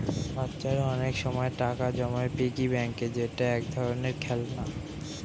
বাচ্চারা অনেক সময় টাকা জমায় পিগি ব্যাংকে যেটা এক ধরনের খেলনা